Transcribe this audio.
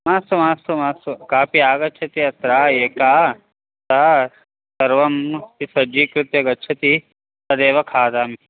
मास्तु मास्तु मास्तु कापि आगच्छति अत्र एका सा सर्वमपि सज्जीकृत्य गच्छति तदेव खादामि